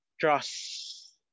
Trust